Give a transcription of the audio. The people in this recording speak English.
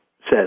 says